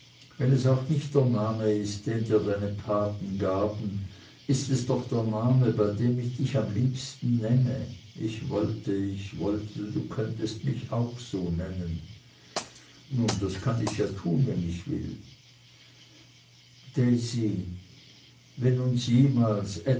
wenn es auch nicht der name ist den dir deine paten gaben ist es doch der name bei dem ich dich am liebsten nenne ich wollte ich wollte ich wollte du könntest mich auch so nennen nun das kann ich ja tun wenn ich will daisy wenn uns jemals